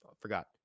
forgot